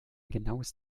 genaues